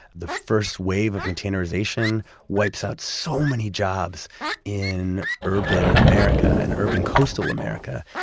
the first wave of containerization wipes out so many jobs in urban america, in urban coastal america.